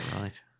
Right